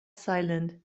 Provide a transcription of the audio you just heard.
silent